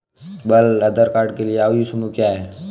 बाल आधार कार्ड के लिए आयु समूह क्या है?